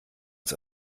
uns